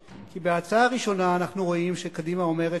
כי בהצעה הראשונה אנחנו רואים שקדימה אומרת